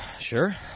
Sure